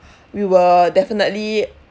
we will definitely